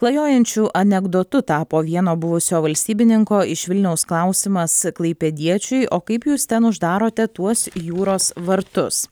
klajojančiu anekdotu tapo vieno buvusio valstybininko iš vilniaus klausimas klaipėdiečiui o kaip jūs ten uždarote tuos jūros vartus